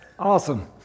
Awesome